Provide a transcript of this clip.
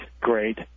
great